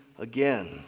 again